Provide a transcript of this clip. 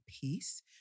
peace